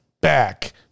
back